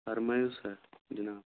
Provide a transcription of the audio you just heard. فَرمٲیِو سا جِناب